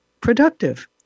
productive